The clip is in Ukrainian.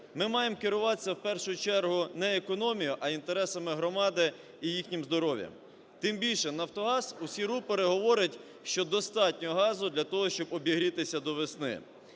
Ми маємо керуватися в першу чергу не економією, а інтересами громади і їхнім здоров'ям. Тим більше, "Нафтогаз" у всі рупори говорить, що достатньо газу для того, щоб обігрітися до весни.